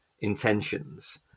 intentions